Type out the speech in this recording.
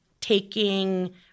taking